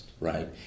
right